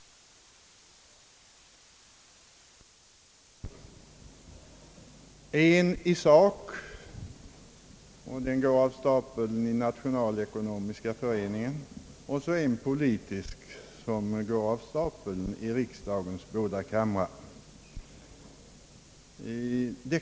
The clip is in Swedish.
Det har sagts en gång i denna riksdag — förmodligen var det finansministern som använde uttrycket — att det i regel förs två debatter om statsverkspropositionen och budgeten, en i sak, och den går av stapeln i Nationalekonomiska föreningen, och en politisk som går av stapeln i riksdagens båda kamrar.